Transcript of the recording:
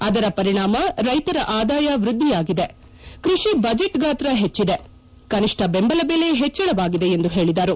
ಅದರ ಪರಿಣಾಮ ರೈತರ ಆದಾಯ ವ್ಯದ್ಲಿಯಾಗಿದೆ ಕೈಷಿ ಬಜೆಟ್ ಗಾತ್ರ ಹೆಚ್ಚಿದೆ ಕನಿಷ್ಣ ಬೆಂಬಲ ಬೆಲೆ ಹೆಚ್ಚಳವಾಗಿದೆ ಎಂದು ಹೇಳಿದರು